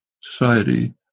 Society